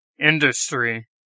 industry